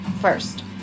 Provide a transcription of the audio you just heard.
first